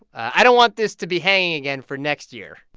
i don't want this to be hanging again for next year